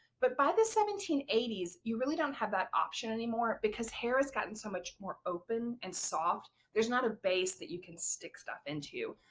but by the seventeen eighty s you really don't have that option anymore because hair has gotten so much more open and soft there's not a base that you can stick stuff into.